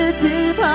deep